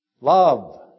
love